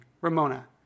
Ramona